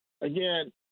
again